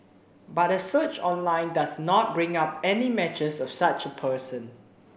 but a search online does not bring up any matches of such a person